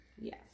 yes